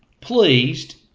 Pleased